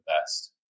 best